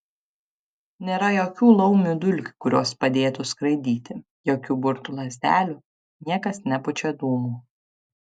nėra jokių laumių dulkių kurios padėtų skraidyti jokių burtų lazdelių niekas nepučia dūmų